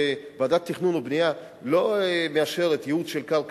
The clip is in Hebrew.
ועדת תכנון ובנייה לא מאשרת ייעוד של קרקע